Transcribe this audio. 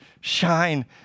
shine